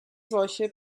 solche